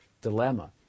dilemma